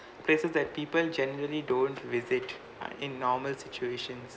places that people generally don't visit uh in normal situations